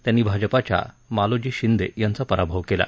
त्यांनी भाजपाच्या मालोजी शिंदे यांचा पराभव केला